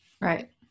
Right